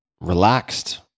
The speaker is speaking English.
Relaxed